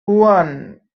one